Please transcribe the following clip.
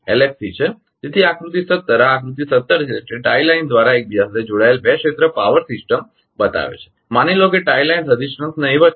તેથી આકૃતિ 17 આ આકૃતિ 17 છે તે ટાઇ લાઇન દ્વારા એકબીજા સાથે જોડાયેલ બે ક્ષેત્ર પાવર સિસ્ટમ બતાવે છે માની લો કે ટાઇ લાઇન રેઝિસ્ટન્સ નહિવત છે